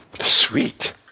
sweet